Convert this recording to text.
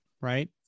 Right